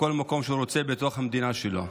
בכל מקום שהוא רוצה בתוך המדינה שלו.